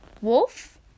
Wolf